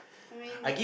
I mean